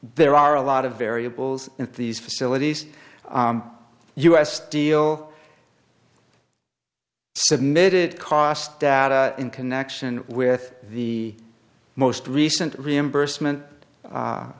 there are a lot of variables in these facilities u s steel submitted cost data in connection with the most recent reimbursement